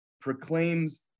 proclaims